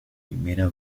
primera